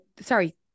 sorry